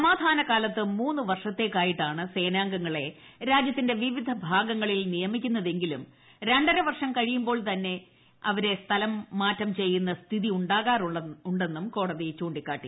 സമാധാന കാലത്ത് മൂന്ന് ്വർഷത്തേയ്ക്കായിട്ടാണ് ് സേനാംഗങ്ങളെ രാജ്യത്തിന്റെ വിവിധ ഭാഗങ്ങളിൽ നിയമിക്കുന്നതെങ്കിലും രണ്ടര വർഷം കഴിയുമ്പോൾ തന്നെ അവരെ സ്ഥലം മാറ്റം ചെയ്യുന്ന സ്ഥിതി ഉണ്ടാകാറുണ്ടെന്നും കോടതി ചൂണ്ടിക്കാട്ടി